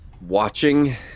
watching